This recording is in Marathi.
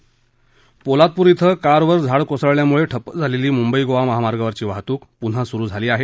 रायगड पोलादप्र इथं कारवर झाडं कोसळल्याम्ळे ठप्प झालेली मुंबई गोवा महामार्गावरची वाहतूक प्न्हा सरु झाली आहे